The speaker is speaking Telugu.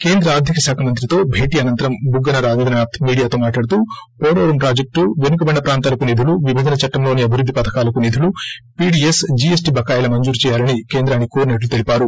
కేంద్ర ఆర్దిక శాఖ మంత్రితో భేటీ అనంతరం బుగ్గస రాజేంద్రనాథ్ మీడియాతో మాట్లాడుతూ పోలవరం ప్రాజెక్టు వెనుకబడిన ప్రాంతాలకు నిధులు విభజన చట్లంలోని అభివృద్ధి పథకాలకు నిధులు పీడీఎస్ జీఎస్లీ బకాయిల మంజురు చేయాలని కేంద్రాన్ని కోరినట్లు తెలిపారు